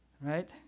right